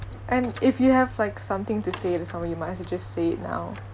and if you have like something to say to someone you might as well just say it now